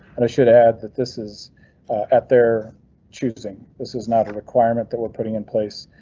and i should add that this is at their choosing. this is not a requirement that we're putting in place.